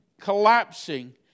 collapsing